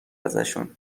ازشون